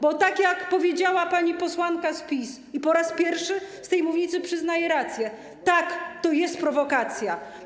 Bo tak jak powiedziała pani posłanka z PiS i po raz pierwszy z tej mównicy przyznaję rację: tak, to jest prowokacja.